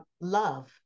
love